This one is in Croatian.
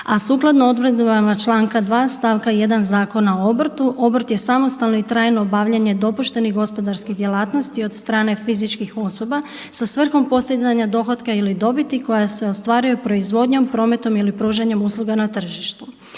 a sukladno odredbama članka 2. stavka 1. Zakona o obrtu. Obrt je samostalno i trajno obavljanje dopuštenih gospodarskih djelatnosti od strane fizičkih osoba sa svrhom postizanja dohotka ili dobiti koja se ostvaruje proizvodnjom, prometom ili pružanjem usluga na tržištu.